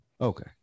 Okay